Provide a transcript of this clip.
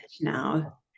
now